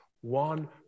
one